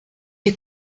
est